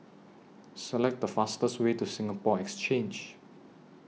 Select The fastest Way to Singapore Exchange